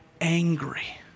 angry